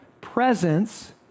presence